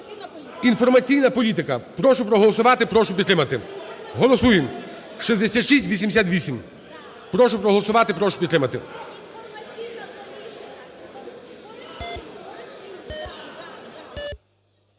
інформаційна політика. Прошу проголосувати, прошу підтримати, голосуємо, 6688. Прошу проголосувати, прошу підтримати.